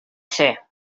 ser